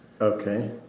Okay